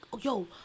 yo